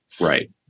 right